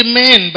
men